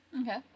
Okay